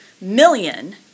million